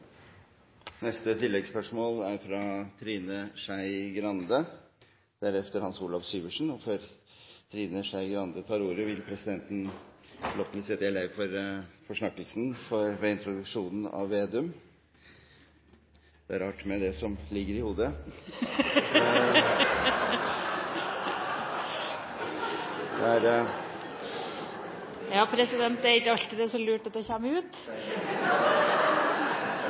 Trine Skei Grande – til oppfølgingsspørsmål. Før Trine Skei Grande tar ordet, vil presidenten få lov til å si at han er lei for forsnakkelsen ved introduksjonen av Slagsvold Vedum. Det er rart med det som ligger i hodet. Ja, president, det er ikke alltid så lurt at det kommer ut.